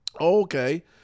Okay